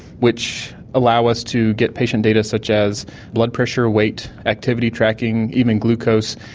which allow us to get patient data such as blood pressure, weight, activity tracking, even glucose,